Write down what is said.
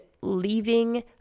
leaving